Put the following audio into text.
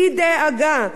בדאגה.